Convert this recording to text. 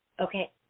Okay